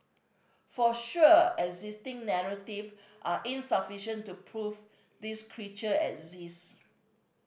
for sure existing narrative are insufficient to prove this creature exist